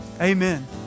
amen